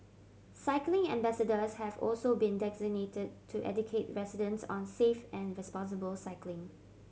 cycling ambassadors have also been designated to educate residents on safe and responsible cycling